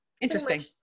interesting